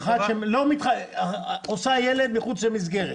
נניח שיש אחת שעושה ילד מחוץ למסגרת